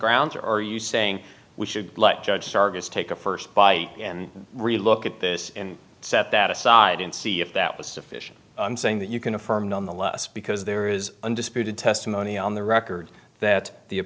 grounds or are you saying we should let judge starr just take a first bite and really look at this and set that aside and see if that was sufficient i'm saying that you can affirm nonetheless because there is undisputed testimony on the record that the